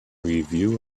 review